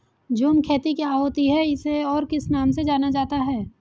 झूम खेती क्या होती है इसे और किस नाम से जाना जाता है?